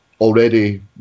already